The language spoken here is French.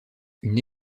une